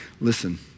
listen